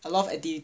a lot of activity